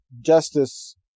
justice